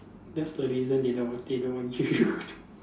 that's the reason they don't want they don't want you ti